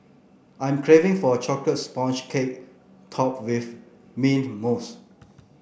I'm craving for a chocolates sponge cake topped with mint mousse